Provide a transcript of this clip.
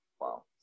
Wow